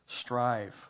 Strive